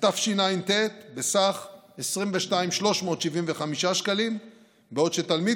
בתשע"ט בסכום של 22,375 שקלים בעוד תלמיד